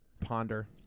ponder